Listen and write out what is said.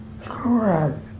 Correct